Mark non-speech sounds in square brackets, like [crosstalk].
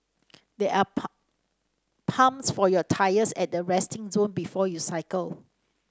there are [unintelligible] pumps for your tyres at the resting zone before you cycle